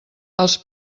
els